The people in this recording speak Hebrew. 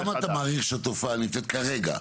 כמה אתה מעריך שהתופעה נמצאת כרגע?